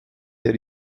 der